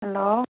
hello